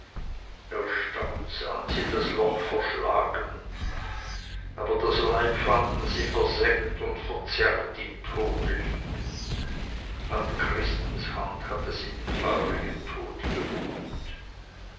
erstaunt sahen sie das loch verschlagen aber das weib fanden sie versengt und verzerrt im tode liegen an christes hand hatte sie den feurigen tod geholt